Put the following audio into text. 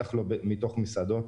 בטח לא מתוך מסעדות.